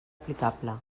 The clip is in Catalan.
aplicable